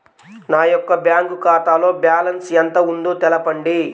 నా యొక్క బ్యాంక్ ఖాతాలో బ్యాలెన్స్ ఎంత ఉందో తెలపండి?